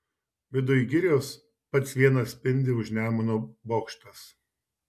viduj girios pats vienas spindi už nemuno bokštas